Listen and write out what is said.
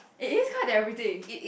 it is quite therapeutic